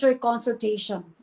consultation